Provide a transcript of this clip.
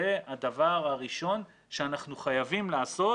זה הדבר הראשון שאנחנו חייבים לעשות